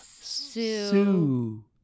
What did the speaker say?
Sue